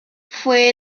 fue